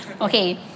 okay